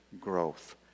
growth